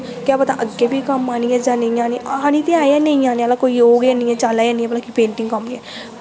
क्या पता अग्गें बी कम्म आनी ऐ जां नेईं आनी ऐ आनी ते है गै नेईं आने आह्ला कोई ओह् गै निं ऐ चाला निं ऐ भला पेंटिंग दा